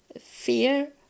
fear